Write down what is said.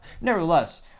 Nevertheless